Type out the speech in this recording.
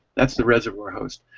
that's the reservoir host.